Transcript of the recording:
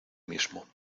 mismo